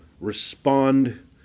respond